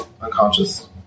unconscious